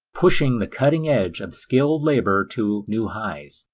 pushing the cutting edge of skilled labor to new highs,